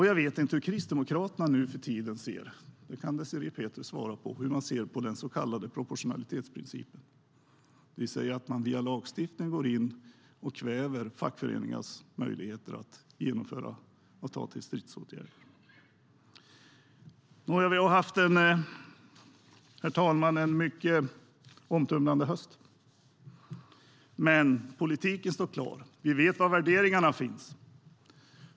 Jag vet inte hur Kristdemokraterna nu för tiden ser på den så kallade proportionalitetsprincipen, det vill säga att man via lagstiftning går in och kväver fackföreningarnas möjligheter att genomföra och ta till stridsåtgärder. Det kan Désirée Pethrus svara på. Herr talman! Vi har haft en mycket omtumlande höst. Men politiken står klar. Vi vet var värderingarna finns.